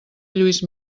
lluís